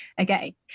Okay